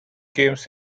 games